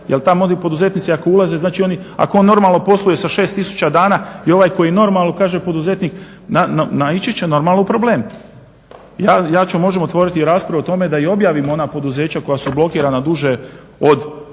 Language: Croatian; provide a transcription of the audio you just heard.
jer tamo poduzetnici ako ulaze, znači oni, ako on normalno posluje sa 6000 dana i ovaj koji normalno kaže poduzetnik naići će normalno u problem. Ja ću, možemo otvoriti raspravu o tome da i objavimo ona poduzeća koja su blokirana duže od